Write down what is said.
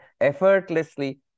effortlessly